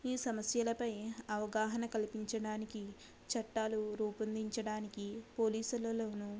ఈ సమస్యలపై అవగాహన కలిపించడానికి చట్టాలు రూపొందించడానికి పోలీసులలోను